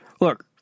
Look